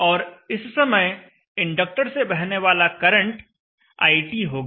और इस समय इंडक्टर से बहने वाला करंट IT होगा